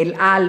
ב"אל על",